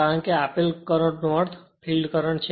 કારણ કે આપેલ કરંટ નો અર્થ ફિલ્ડ કરંટ છે